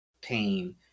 pain